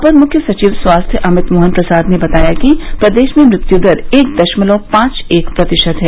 अपर मुख्य सचिव स्वास्थ अमित मोहन प्रसाद ने बताया कि प्रदेश में मृत्यु दर एक दशमलव पांच एक प्रतिशत है